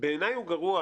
בעיניי הוא גרוע